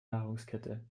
nahrungskette